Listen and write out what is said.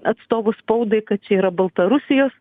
atstovų spaudai kad čia yra baltarusijos